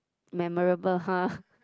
memorable !huh!